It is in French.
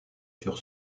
sur